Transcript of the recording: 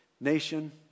nation